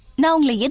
normally, you know